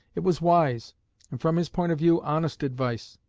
it was wise, and from his point of view honest advice,